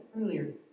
earlier